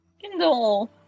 Kindle